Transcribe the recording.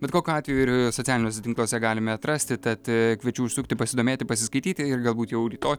bet kokiu atveju ir socialiniuose tinkluose galime atrasti tad kviečiu užsukti pasidomėti pasiskaityti ir galbūt jau rytoj